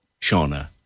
Shauna